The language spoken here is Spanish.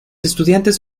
estudiantes